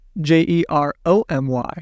J-E-R-O-M-Y